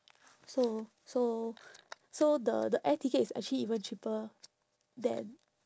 so so so the the air ticket is actually even cheaper than